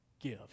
give